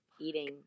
Eating